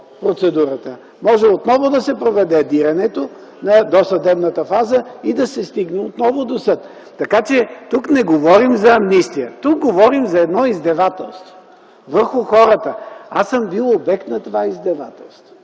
процедурата. Може отново да се проведе диренето на досъдебната фаза и да се стигне отново до съд. Така че тук не говорим за амнистия, тук говорим за едно издевателство върху хората. Аз съм бил обект на това издевателство.